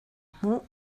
hmu